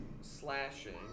slashing